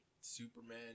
Superman